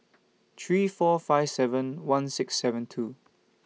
three four five seven one six seven two